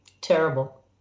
terrible